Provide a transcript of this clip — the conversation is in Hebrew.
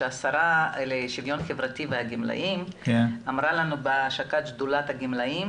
השרה לשוויון חברתי אמרה לנו בהשקת שדולת הגמלאים